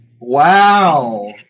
Wow